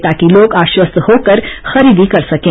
ताकि लोग आश्वस्त होकर खरीदी कर सकें